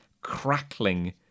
crackling